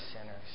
sinners